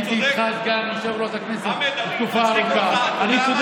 הייתי איתך סגן יושב-ראש הכנסת תקופה ארוכה.